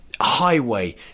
highway